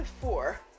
four